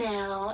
Now